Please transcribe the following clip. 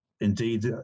indeed